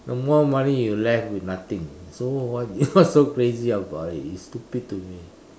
the more money you left with nothing so what what's so crazy about it it's stupid to me